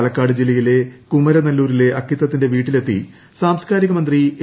പാലക്കാട് ജില്ലയിലെ കുമരനല്ലൂരിലെ അക്കിത്തത്തിന്റെ ് വീട്ടിലെത്തി സാസ്കാരിക മന്ത്രി എ